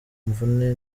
mvune